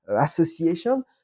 Association